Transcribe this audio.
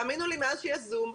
מאז שיש זום,